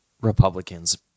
Republicans